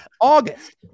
August